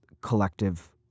collective